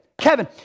Kevin